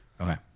okay